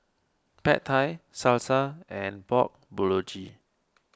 Pad Thai Salsa and Pork Bulgogi